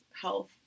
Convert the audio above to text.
health